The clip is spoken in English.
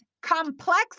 complex